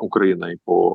ukrainai po